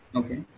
okay